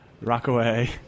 Rockaway